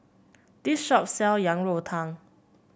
this shop sell Yang Rou Tang